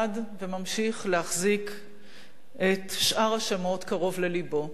וממשיך להחזיק את שאר השמות קרוב ללבו.